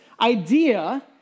idea